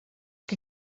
que